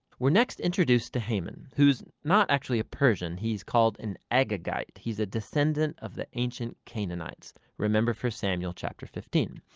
we're next introduced to haman who's not actually a persian, he's called an agagite. he's a descendant of the ancient canaanites remember first samuel chapter fifteen.